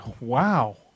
Wow